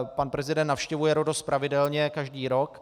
Pan prezident navštěvuje Rhodos pravidelně každý rok.